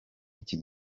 iki